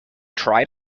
tried